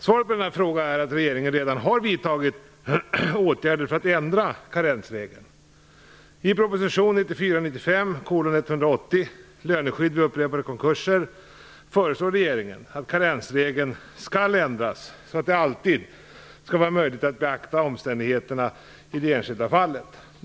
Svaret på denna fråga är att regeringen redan har vidtagit åtgärder för att ändra karensregeln. I proposition 1994/95:180 Löneskydd vid upprepade konkurser föreslår regeringen att karensregeln skall ändras så att det alltid skall vara möjligt att beakta omständigheterna i det enskilda fallet.